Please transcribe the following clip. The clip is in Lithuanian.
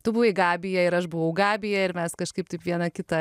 tu buvai gabija ir aš buvau gabija ir mes kažkaip taip viena kitą